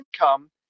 income